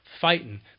fighting